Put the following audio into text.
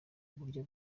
uburyo